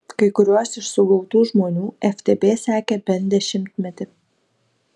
kai kuriuos iš sugautų žmonių ftb sekė bent dešimtmetį